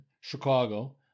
Chicago